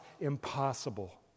impossible